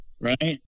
right